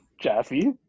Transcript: Jaffe